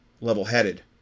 level-headed